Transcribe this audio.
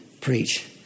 preach